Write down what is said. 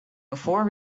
before